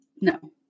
No